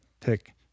pick